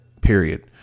Period